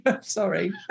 Sorry